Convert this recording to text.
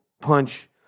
punch